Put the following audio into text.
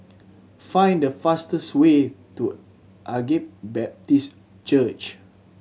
find the fastest way to Agape Baptist Church